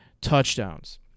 touchdowns